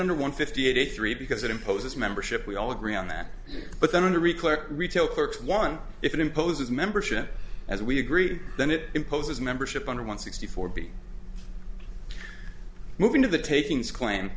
under one fifty a day three because it imposes membership we all agree on that but then to require retail clerks one if it imposes membership as we agree then it imposes membership under one sixty four b moving to the